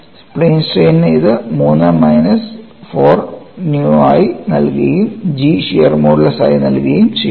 plain സ്ട്രെയിനിന് ഇത് 3 minus 4 nu ആയി നൽകുകയും G ഷിയർ മോഡുലസ് ആയി നൽകുകയും ചെയ്യുന്നു